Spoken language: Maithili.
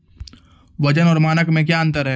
वजन और मानक मे क्या अंतर हैं?